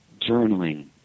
journaling